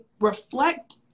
reflect